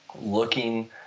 looking